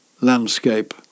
landscape